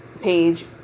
page